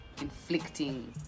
inflicting